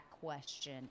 question